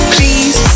Please